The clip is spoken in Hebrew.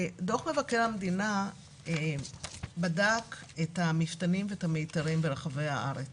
דוח מבקר המדינה בדק את המפתנים ואת המיתרים ברחבי הארץ.